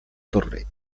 torre